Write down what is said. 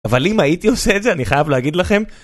אבל אם הייתי עושה את זה אני חייב להגיד לכם